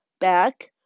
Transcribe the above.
back